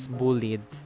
bullied